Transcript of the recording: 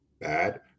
bad